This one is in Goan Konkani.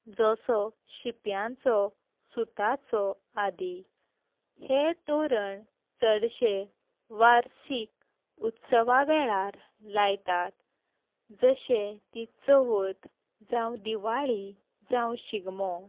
जसो शिप्यांचो सुताचो आदी हे तोरण चडशे वार्शीक उत्सवा वेळार लायतात जशे ती चवथ जावं दिवाळी जावं शिगमो